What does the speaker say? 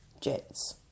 jets